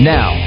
Now